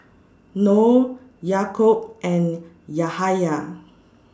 Noh Yaakob and Yahaya